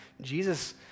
Jesus